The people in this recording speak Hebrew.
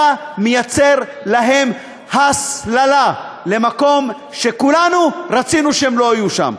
מייצר להם הסללה למקום שכולנו רצינו שהם לא יהיו שם.